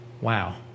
Wow